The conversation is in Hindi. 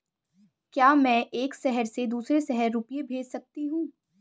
क्या मैं एक शहर से दूसरे शहर रुपये भेज सकती हूँ?